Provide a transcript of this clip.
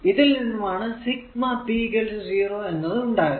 ഇതിൽ നിന്നുമാണ് sigma p 0 എന്നത് ഉണ്ടായതു